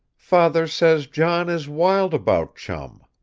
father says john is wild about chum,